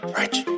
rich